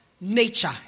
nature